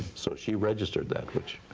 so she registered that.